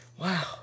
Wow